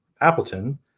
Appleton –